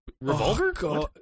Revolver